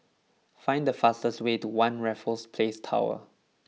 find the fastest way to One Raffles Place Tower